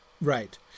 Right